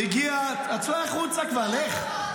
צא החוצה כבר, לך.